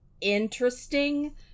interesting